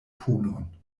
punon